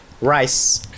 rice